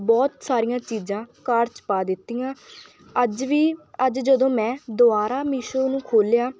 ਬਹੁਤ ਸਾਰੀਆਂ ਚੀਜ਼ਾਂ ਕਾਟ 'ਚ ਪਾ ਦਿੱਤੀਆਂ ਅੱਜ ਵੀ ਅੱਜ ਜਦੋਂ ਮੈਂ ਦੁਬਾਰਾ ਮੀਸ਼ੋ ਨੂੰ ਖੋਲ੍ਹਿਆ